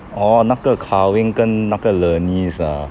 orh 那个 kar wing 跟那个 ah